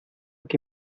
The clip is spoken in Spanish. que